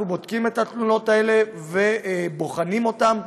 אנחנו בודקים את התלונות האלה ובוחנים אותן.